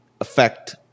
affect